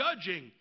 judging